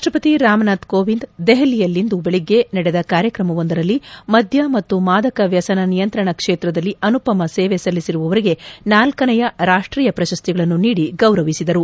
ರಾಷ್ಟ್ರಪತಿ ರಾಮನಾಥ್ ಕೋವಿಂದ್ ದೆಹಲಿಯಲ್ಲಿಂದು ಬೆಳಗ್ಗೆ ನಡೆದ ಕಾರ್ಯಕ್ರಮವೊಂದರಲ್ಲಿ ಮದ್ಯ ಮತ್ತು ಮಾದಕವ್ಯಸನ ನಿಯಂತ್ರಣ ಕ್ಷೇತ್ರದಲ್ಲಿ ಅನುಪಮ ಸೇವೆ ಸಲ್ಲಿಸಿರುವವರಿಗೆ ನಾಲ್ಕನೆಯ ರಾಷ್ಟೀಯ ಪ್ರಶಸ್ತಿಗಳನ್ನು ವಿತರಿಸಿ ಗೌರವಿಸಿದರು